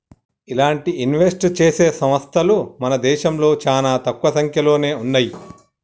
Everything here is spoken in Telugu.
ఇలాంటి ఇన్వెస్ట్ చేసే సంస్తలు మన దేశంలో చానా తక్కువ సంక్యలోనే ఉన్నయ్యి